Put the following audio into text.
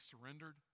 surrendered